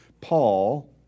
Paul